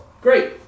Great